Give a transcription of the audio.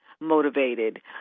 motivated